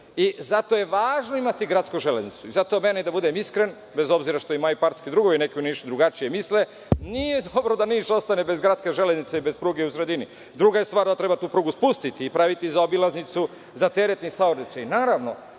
voz. Zato je važno imati gradsku železnicu i zato što meni, da budem iskren, bez obzira što moji partijski drugovi drugačije misle, nije dobro da Niš ostane bez gradske železnice i bez pruge u sredini. Druga je stvar da treba tu prugu spustiti i praviti zaobilaznicu za teretni saobraćaj, naravno,